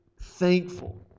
thankful